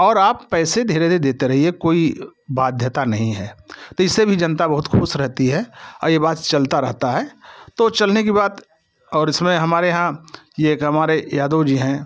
और आप पैसे धीरे धीरे देते रहिए कोई बाध्यता नहीं है तो इससे भी जनता बहुत खुश रहती है और ये बात चलता रहता है तो चलने की बात और इसमें हमारे यहाँ कि एक हमारे यादव जी हैं